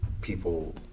people